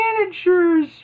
manager's